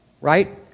Right